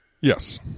Yes